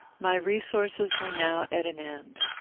my resources were now at an end.